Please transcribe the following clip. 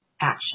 action